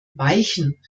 weichen